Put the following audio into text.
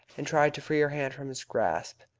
and tried to free her hand from his grasp.